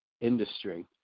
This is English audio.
industry